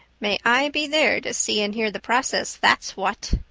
may i be there to see and hear the process, that's what.